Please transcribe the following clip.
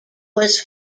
was